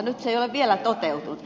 nyt se ei ole vielä toteutunut